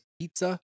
pizza